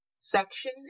Section